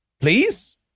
please